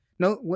No